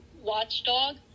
watchdog